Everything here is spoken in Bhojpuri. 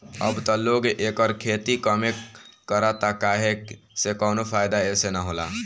अब त लोग एकर खेती कमे करता काहे से कवनो फ़ायदा एसे न होला